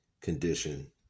condition